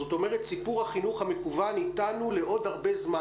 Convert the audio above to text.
זאת אומרת סיפור החינוך המקוון איתנו לעוד הרבה זמן,